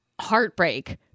heartbreak